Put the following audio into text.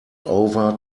over